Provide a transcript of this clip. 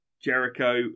Jericho